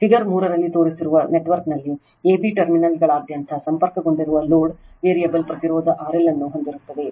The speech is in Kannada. ಫಿಗರ್ 3 ರಲ್ಲಿ ತೋರಿಸಿರುವ ನೆಟ್ವರ್ಕ್ನಲ್ಲಿ AB ಟರ್ಮಿನಲ್ಗಳಾದ್ಯಂತ ಸಂಪರ್ಕಗೊಂಡಿರುವ ಲೋಡ್ ವೇರಿಯಬಲ್ ಪ್ರತಿರೋಧ RL ಅನ್ನು ಹೊಂದಿರುತ್ತದೆ